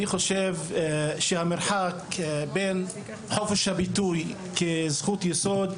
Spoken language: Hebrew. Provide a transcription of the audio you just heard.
אני חושב שהמרחק בין חופש הביטוי כזכות יסוד,